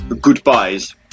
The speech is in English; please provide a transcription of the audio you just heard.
goodbyes